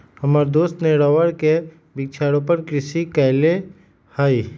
हमर दोस्त ने रबर के वृक्षारोपण कृषि कईले हई